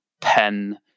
pen